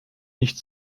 nicht